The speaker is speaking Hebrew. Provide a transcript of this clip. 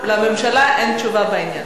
לממשלה אין תשובה בעניין.